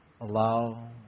allow